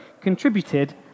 contributed